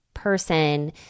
person